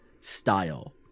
style